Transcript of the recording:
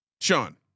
Sean